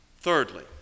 thirdly